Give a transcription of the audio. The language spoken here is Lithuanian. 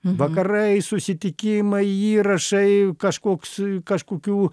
vakarai susitikimai įrašai kažkoks kažkokių